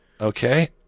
Okay